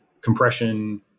compression